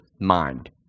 mind